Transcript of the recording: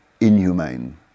inhumane